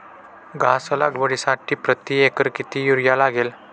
घास लागवडीसाठी प्रति एकर किती युरिया लागेल?